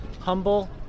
humble